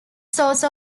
source